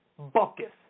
Buckus